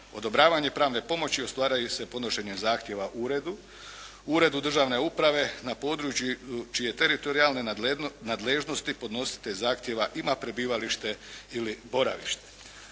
Odobravanje pravne pomoći ostvaruju se podnošenjem zahtjeva u uredu, u uredu državne uprave na području čije teritorijalne nadležnosti podnositelj zahtjeva ima prebivalište ili boravište.